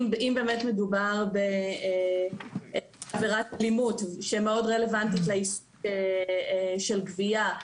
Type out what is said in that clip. אם באמת מדובר בעבירת אלימות שמאוד רלוונטית לעיסוק של גבייה,